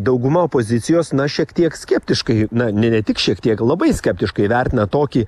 dauguma opozicijos na šiek tiek skeptiškai na ne ne tik šiek tiek labai skeptiškai vertina tokį